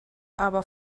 aber